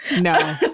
No